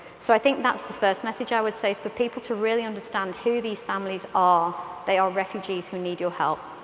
so i think that's the first message i would say is for people to really understand who these families are. they are refugees who need your help.